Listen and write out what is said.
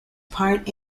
part